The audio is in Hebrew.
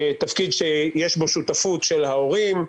תפקיד שיש בו שותפות של ההורים,